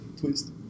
twist